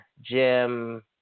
Jim